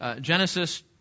Genesis